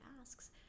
asks